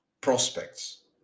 prospects